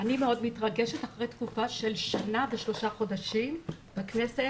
אני מאוד מתרגשת אחרי תקופה של שנה ושלושה חודשים בכנסת,